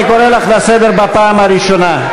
אני קורא אותך לסדר בפעם השנייה.